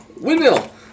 windmill